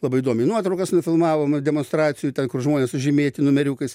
labai įdomiai nuotraukas nufilmavom demonstracijų ten kur žmonės sužymėti numeriukais